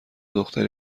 دختری